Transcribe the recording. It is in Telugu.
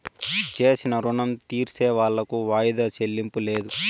చేసిన రుణం తీర్సేవాళ్లకు వాయిదా చెల్లింపు లేదు